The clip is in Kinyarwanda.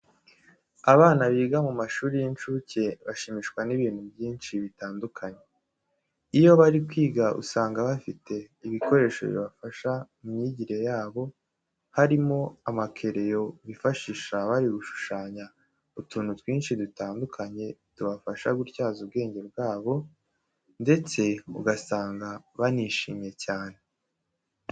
Abana biga mu mashuri y'incuke bashimishwa n'ibintu byinshi bitandukanye. Iyo bari kwiga usanga bafite ibikoresho bibafasha mu myigire yabo harimo amakereyo bifashisha bari gushushanya utuntu twinshi dutandukanye tubafasha gutyaza ubwenge bwabo, ndetse ugasanga barabyishimye cyane.